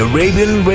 Arabian